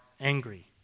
angry